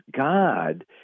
God